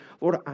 Lord